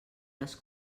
les